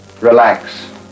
Relax